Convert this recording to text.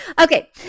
Okay